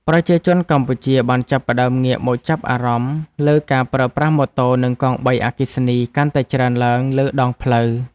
ប្រជាជនកម្ពុជាបានចាប់ផ្តើមងាកមកចាប់អារម្មណ៍លើការប្រើប្រាស់ម៉ូតូនិងកង់បីអគ្គិសនីកាន់តែច្រើនឡើងលើដងផ្លូវ។